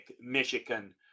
Michigan